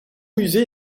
musée